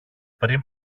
πριν